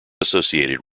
associated